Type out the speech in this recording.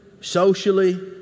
socially